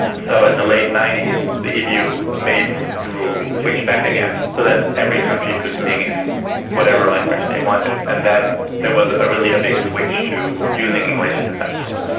so in the late zero the ebu made the rule switch back again so that every country could sing in whatever language they wanted. and then there was ah really a big switch to using english in the festival.